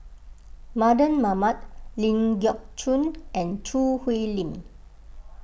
Mardan Mamat Ling Geok Choon and Choo Hwee Lim